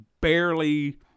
barely